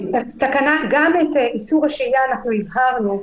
גם את איסור השהייה אנחנו הבהרנו -- נכון.